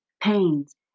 pains